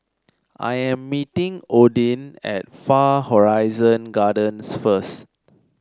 I am meeting Odin at Far Horizon Gardens first